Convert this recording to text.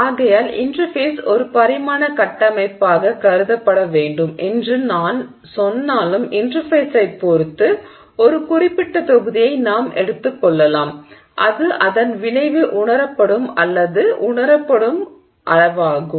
ஆகையால் இன்டெர்ஃபேஸ் இரு பரிமாணக் கட்டமைப்பாக கருதப்பட வேண்டும் என்று நான் சொன்னாலும் இன்டெர்ஃபேஸைப் பொறுத்து ஒரு குறிப்பிட்ட தொகுதியை நாம் எடுத்துக் கொள்ளலாம் இது அதன் விளைவு உணரப்படும் அல்லது உணரப்படும் அளவாகும்